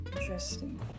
interesting